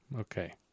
Okay